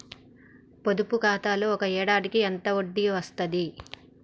పొదుపు ఖాతాలో ఒక ఏడాదికి ఎంత వడ్డీ వస్తది?